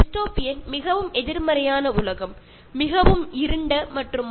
അരാജകാവസ്ഥ എന്ന് പറഞ്ഞാൽ വളരെ മോശപ്പെട്ട ഒരു ലോകമാണ്